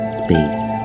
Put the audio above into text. space